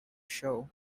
show